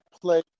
play